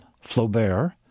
Flaubert